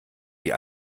die